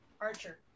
Archer